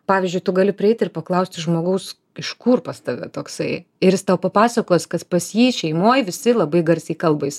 pavyzdžiui tu gali prieit ir paklausti žmogaus iš kur pas tave toksai ir jis tau papasakos kas pas jį šeimoj visi labai garsiai kalba jis